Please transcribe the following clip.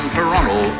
Toronto